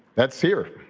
that's here.